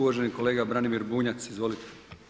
Uvaženi kolega Branimir Bunjac, izvolite.